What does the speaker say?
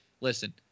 listen